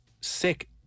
sick